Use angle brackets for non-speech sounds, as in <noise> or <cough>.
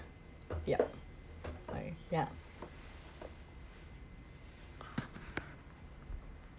yup <noise> ya